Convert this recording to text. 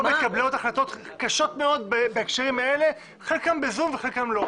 כאן מתקבלות החלטות קשות מאוד בהקשרים האלה חלקם ב-זום וחלקם לא.